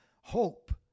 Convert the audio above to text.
hope